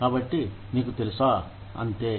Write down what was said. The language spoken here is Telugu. కాబట్టి మీకు తెలుసా అంతే